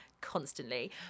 constantly